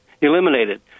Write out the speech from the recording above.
eliminated